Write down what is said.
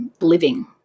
living